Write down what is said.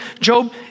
Job